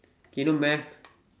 k you know math